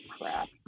crap